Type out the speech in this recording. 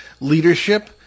leadership